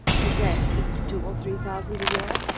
possessed of two or three thousand a year,